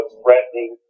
threatening